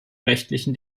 rechtliche